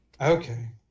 Okay